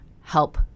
help